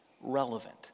relevant